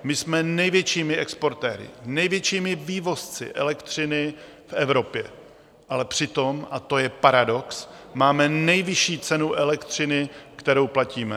My jsme největšími exportéry, největšími vývozci elektřiny v Evropě, ale přitom, a to je paradox, máme nejvyšší cenu elektřiny, kterou platíme.